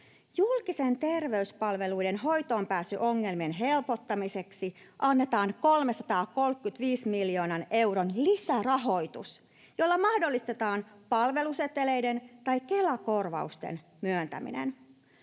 Julkisten terveyspalveluiden hoitoonpääsyongelmien helpottamiseksi annetaan 335 miljoonan euron lisärahoitus, jolla mahdollistetaan palveluseteleiden tai Kela-korvausten myöntäminen.